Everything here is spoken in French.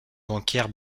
bancaire